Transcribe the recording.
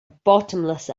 bottomless